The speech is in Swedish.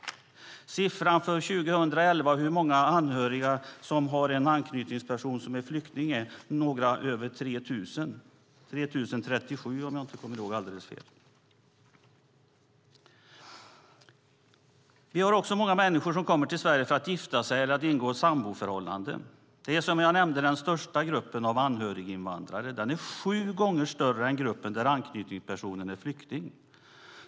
Siffran för 2011 för hur många anhöriga som har en anknytningsperson som är flykting är något över 3 000 - 3 037, om jag inte minns alldeles fel. Många människor kommer till Sverige för att gifta sig eller ingå ett samboförhållande. Det är, som jag nämnde, den största gruppen av anhöriginvandrare. Den är sju gånger större än gruppen där anknytningspersonen är en flykting.